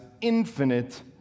infinite